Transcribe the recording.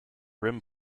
rim